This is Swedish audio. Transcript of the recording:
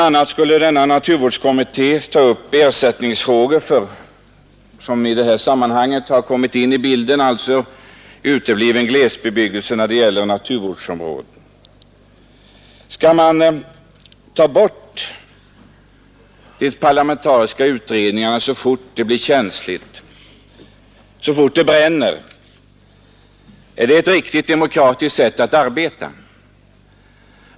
a. skulle denna naturvårdskommitté ta upp en fråga som i det här sammanhanget har kommit in i bilden, nämligen frågan om ersättning för utebliven glesbebyggelse i naturvårdsområden. Skall man ta bort de viktigaste frågorna hos de parlamentariska utredningarna så fort det blir känsligt, så fort det bränner? Är det ett riktigt demokratiskt sätt att arbeta?